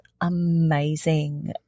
amazing